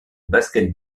basket